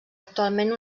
actualment